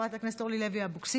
חברת הכנסת אורלי לוי אבקסיס,